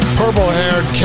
purple-haired